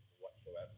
whatsoever